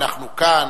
אנחנו כאן.